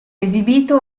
esibito